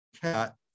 cat